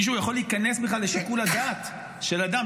מישהו יכול להיכנס בכלל לשיקול הדעת של אדם,